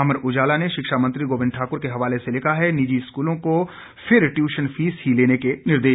अमर उजाला ने शिक्षा मंत्री गोविंद ठाकुर के हवाले से लिखा है निजी स्कूलों को फिर टयूशन फीस ही लेने के निर्देश